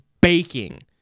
baking